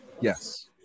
Yes